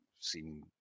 seen